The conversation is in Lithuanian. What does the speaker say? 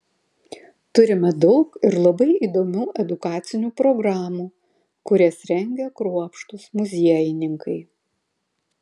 turime daug ir labai įdomių edukacinių programų kurias rengia kruopštūs muziejininkai